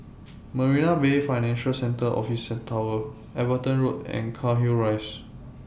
Marina Bay Financial Centre Office Tower Everton Road and Cairnhill Rise